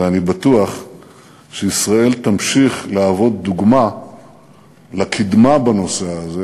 אני בטוח שישראל תמשיך להוות דוגמה לקדמה בנושא הזה,